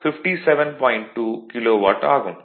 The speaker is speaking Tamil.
2 கிலோவாட் ஆகும்